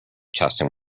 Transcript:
testing